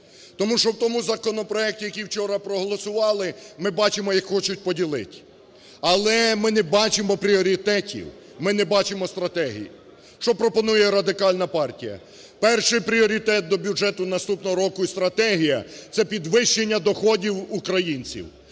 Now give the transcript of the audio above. Тому що у тому законопроекті, який вчора проголосували, ми бачимо, як хочуть поділить, але ми не бачимо пріоритетів, ми не бачимо стратегії. Що пропонує Радикальна партія? Перший пріоритет до бюджету наступного року і стратегія – це підвищення доходів українців,